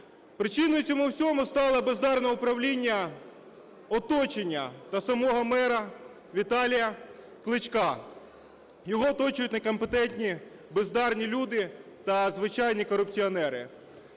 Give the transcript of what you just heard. Причиною цьому всьому стало бездарне управління оточення та самого мера Віталія Кличка. Його оточують некомпетентні, бездарні люди та звичайні корупціонери.